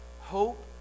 Hope